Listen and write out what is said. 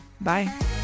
Bye